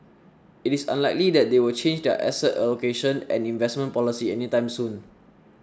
it is unlikely that they will change their asset allocation and investment policy any time soon